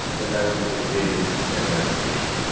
that i want to create this as an application.